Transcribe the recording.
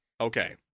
okay